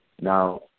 Now